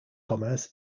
commerce